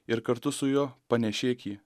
ir kartu su juo panėšėk jį